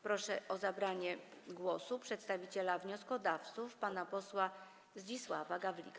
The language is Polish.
Proszę o zabranie głosu przedstawiciela wnioskodawców pana posła Zdzisława Gawlika.